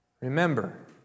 Remember